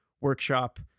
workshop